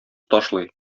ташлый